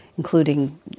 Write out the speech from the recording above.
including